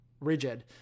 rigid